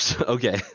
Okay